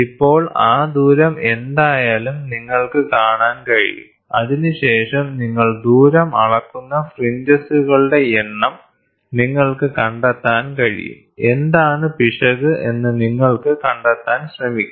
ഇപ്പോൾ ആ ദൂരം എന്തായാലും നിങ്ങൾക്ക് കാണാൻ കഴിയും അതിനുശേഷം നിങ്ങൾ ദൂരം അളക്കുന്ന ഫ്രിഞ്ചുകളുടെ എണ്ണം നിങ്ങൾക്ക് കണ്ടെത്താൻ കഴിയും എന്താണ് പിശക് എന്ന് നിങ്ങൾക്ക് കണ്ടെത്താൻ ശ്രമിക്കാം